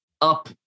up